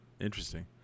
Interesting